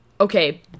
Okay